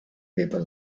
people